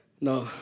no